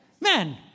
Man